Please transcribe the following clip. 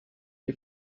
die